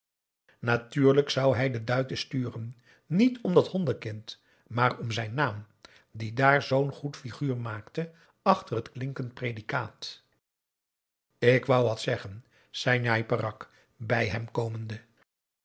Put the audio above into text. natuurlijk zou hij de duiten sturen niet om dat hondenkind maar om zijn naam die daar zoo'n goed figuur maakte achter het klinkend predicaat k wou wat zeggen zei njai peraq bij hem komende